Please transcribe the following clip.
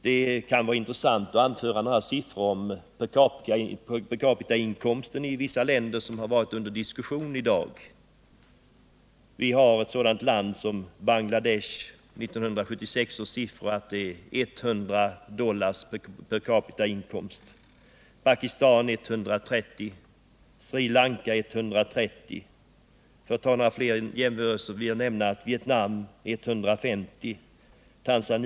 Det kan vara intressant att anföra några uppgifter om per capita-inkomsten i vissa länder, som har varit under diskussion i dag. Per capita-inkomsten 1976 var i Bangladesh 100, i Pakistan 130, i Sri Lanka 130, i Vietnam 150 och i Tanzania 160 dollar.